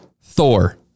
Thor